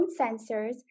sensors